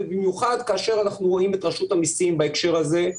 ובמיוחד כאשר אנחנו רואים את רשות המיסים בהקשר הזה,